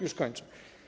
Już kończę.